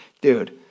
Dude